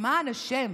למען השם,